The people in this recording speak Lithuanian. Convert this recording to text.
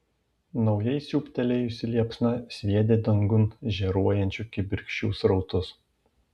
naujai siūbtelėjusi liepsna sviedė dangun žėruojančių kibirkščių srautus